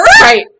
right